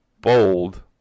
bold